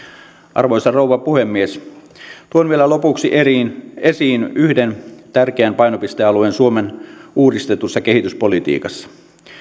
arvoisa rouva puhemies tuon vielä lopuksi esiin esiin yhden tärkeän painopistealueen suomen uudistetussa kehityspolitiikassa